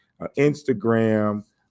Instagram